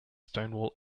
stonewall